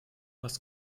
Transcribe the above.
was